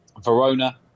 Verona